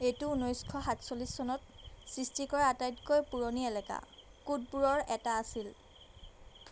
এইটো ঊনৈশ সাতচল্লিছ চনত সৃষ্টি কৰা আটাইতকৈ পুৰণি এলেকা কোডবোৰৰ এটা আছিল